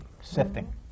sifting